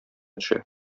төшә